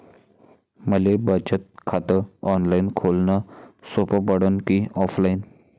मले बचत खात ऑनलाईन खोलन सोपं पडन की ऑफलाईन?